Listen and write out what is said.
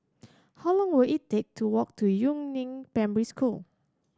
how long will it take to walk to Yu Neng Primary School